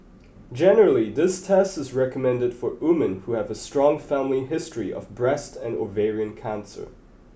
generally this test is recommended for women who have a strong family history of breast and ovarian cancer